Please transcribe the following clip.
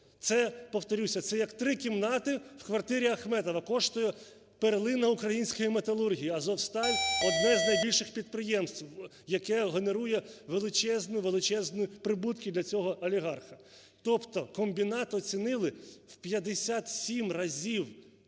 Це, повторюся, це як три кімнати в квартирі Ахметова, коштує перлина української металургії "Азовсталь", одне з найбільших підприємств, яке генерує величезні прибутки для цього олігарха. Тобто комбінат оцінили в 57 разів